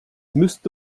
müsste